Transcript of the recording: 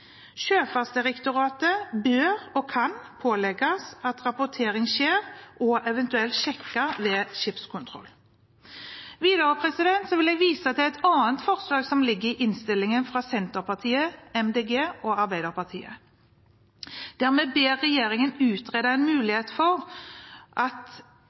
Sjøfartsdirektoratet bør – og kan – pålegges å sikre at rapporteringen skjer, og eventuelt sjekke ved skipskontroll. Videre vil jeg vise til et annet forslag som ligger i innstillingen, fra Senterpartiet, MDG og Arbeiderpartiet, der vi ber regjeringen utrede en mulighet for at